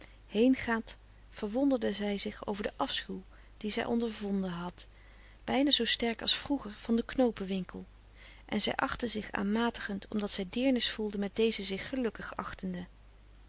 heengaand verwonderde zij zich over den afschuw dien zij ondervonden frederik van eeden van de koele meren des doods had bijna zoo sterk als vroeger van den knoopenwinkel en zij achtte zich aanmatigend omdat zij deernis voelde met deze zich gelukkig achtenden